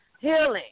Healing